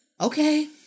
Okay